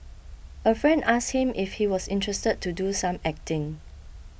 a friend asked him if he was interested to do some acting